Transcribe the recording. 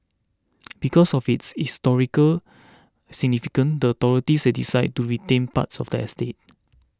because of its historical significance the authorities decided to retain parts of the estate